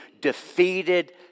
defeated